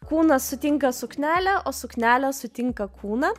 kūnas sutinka suknelę o suknelė sutinka kūną